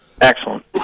Excellent